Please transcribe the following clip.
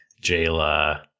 Jayla